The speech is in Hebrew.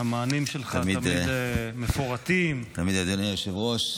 המענים שלך תמיד מפורטים, עמוקים.